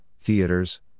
theaters